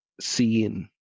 seeing